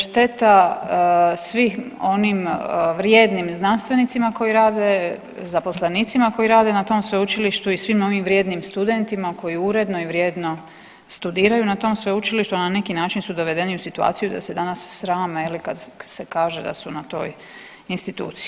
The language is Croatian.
Šteta svim onim vrijednim znanstvenicima koji rade, zaposlenicima koji rade na tom sveučilištu i svim onim vrijednim studentima koji uredno i vrijedno studiraju na tom sveučilištu, a neki način su dovedeni u situaciju da se danas srame je li kad se kaže da su na toj instituciji.